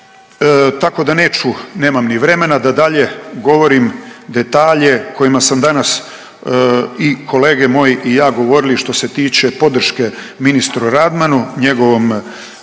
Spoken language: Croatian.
tako da neću, nemam ni vremena da dalje govorim detalje o kojima sam danas i kolege moji i ja govorili što se tiče podrške ministru Radmanu, njegovom